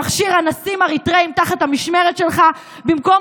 שמכשיר אנסים אריתריאים תחת המשמרת שלך במקום